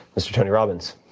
mr. tony robbins.